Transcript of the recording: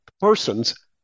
persons